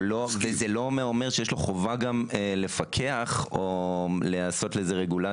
וזה גם לא אומר שעל כל דבר שלהן יש לו חובה לפקח ולעשות רגולציה.